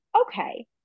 okay